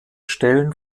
stellen